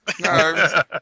no